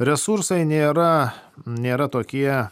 resursai nėra nėra tokie